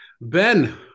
Ben